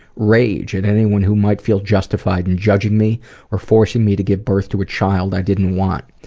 rage at anyone who might feel justified in judging me or forcing me to give birth to a child i didn't want.